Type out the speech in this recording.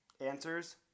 Answers